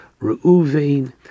Reuven